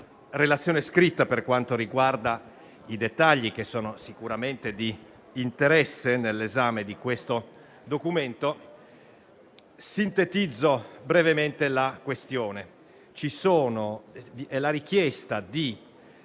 ad essa per quanto riguarda i dettagli, che sono sicuramente di interesse nell'esame di questo documento, sintetizzo brevemente la questione. Si tratta della richiesta di